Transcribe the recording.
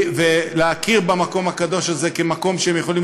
ונכיר במקום הקדוש הזה כמקום שהם יכולים